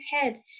head